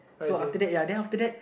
so after that ya then after that